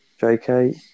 JK